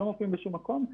שלא מופיעים בשום מקום.